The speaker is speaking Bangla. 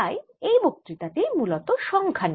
তাই এই বক্তৃতা টি মূলত সংখ্যা নিয়ে